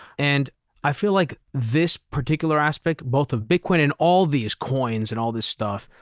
and i feel like this particular aspect, both of bitcoin and all these coins and all this stuff,